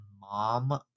mom